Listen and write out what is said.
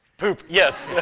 poop, yes.